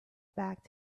back